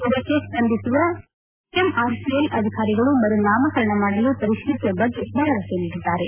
ಇದಕ್ಕೆ ಸ್ಪಧಿಸುವ ಬಿಎಂಆರ್ಸಿಎಲ್ ಅಧಿಕಾರಿಗಳು ಮರುನಾಮಕರಣ ಮಾಡಲು ಪರಿಶೀಲಿಸುವ ಬಗ್ಗೆ ಭರವಸೆ ನೀಡಿದ್ದಾರೆ